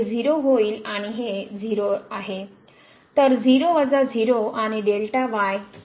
तर हे 0 होईल आणि हे 0आहे